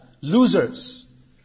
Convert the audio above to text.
losers